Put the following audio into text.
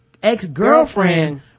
ex-girlfriend